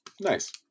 Nice